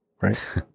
Right